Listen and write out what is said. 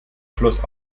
schloss